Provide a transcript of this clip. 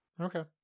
okay